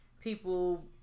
people